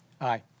Aye